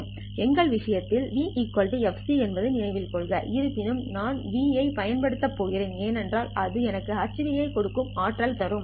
எங்கள் விஷயத்தில் ν fc என்பதை நினைவில் கொள்க இருப்பினும் நான் ν ஐ பயன்படுத்தப் போகிறேன் ஏனென்றால் அது எனக்கு Hν கொடுக்கும் ஆற்றல்களைக் தரும்